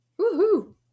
Woohoo